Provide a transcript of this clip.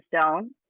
stone